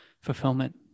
fulfillment